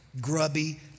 grubby